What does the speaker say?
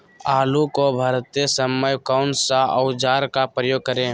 आलू को भरते समय कौन सा औजार का प्रयोग करें?